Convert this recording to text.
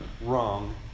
wrong